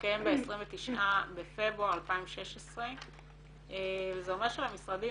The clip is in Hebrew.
התקיים ב-29 בפברואר 2016. זה אומר שלמשרדים